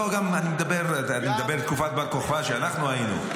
לא, אני מדבר על תקופת בר כוכבא, כשאנחנו היינו.